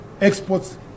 exports